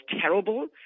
terrible